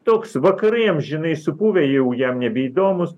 toks vakarai amžinai supuvę jau jam nebeįdomus